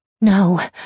No